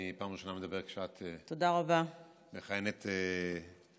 פעם ראשונה שאני מדבר כשאת מכהנת כיושבת-ראש